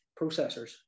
processors